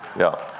yeah.